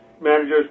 managers